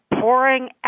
pouring